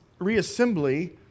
reassembly